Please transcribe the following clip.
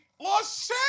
Los